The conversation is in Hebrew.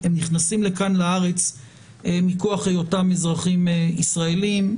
הם נכנסים לארץ מכוח היותם אזרחים ישראלים,